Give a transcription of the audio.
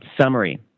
summary